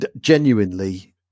genuinely